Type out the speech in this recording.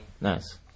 Nice